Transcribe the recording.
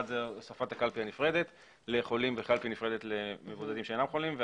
אחד זה הוספת הקלפי הנפרדת לחולים וקלפי נפרדת למבודדים שאינם חולים,